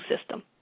system